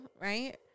right